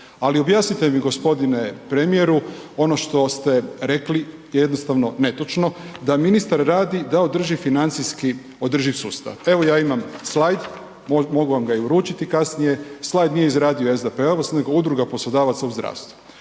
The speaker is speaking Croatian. Ali objasnite mi gospodine premijeru, ono što ste rekli je jednostavno netočno da ministar radi da održi financijski održiv sustav. Evo ja imam slajd, mogu vam ga i uručiti kasnije, slajd nije izradio SDP-ovac nego Udruga poslodavaca u zdravstvu.